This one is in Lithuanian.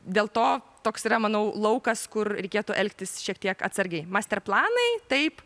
dėl to toks yra manau laukas kur reikėtų elgtis šiek tiek atsargiai masterplanai taip